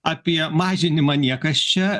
apie mažinimą niekas čia